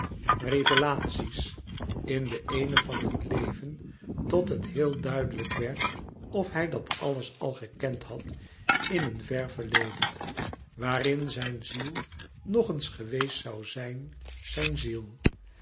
revelatie's in de eene van het leven tot het heel duidelijk werd of hij dat alles al gekend had in een ver verleden waarin zijn ziel nog éens geweest zou zijn zijn ziel